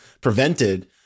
prevented